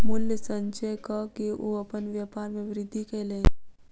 मूल्य संचय कअ के ओ अपन व्यापार में वृद्धि कयलैन